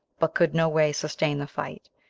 but could no way sustain the fight,